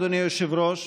אדוני היושב-ראש,